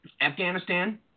Afghanistan